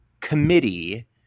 Committee